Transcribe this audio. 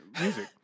music